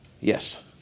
yes